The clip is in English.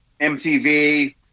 MTV